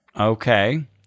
Okay